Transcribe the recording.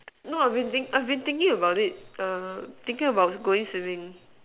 no I've been thinking I've been thinking about it err thinking about going swimming